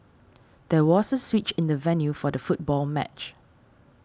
there was a switch in the venue for the football match